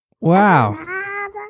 wow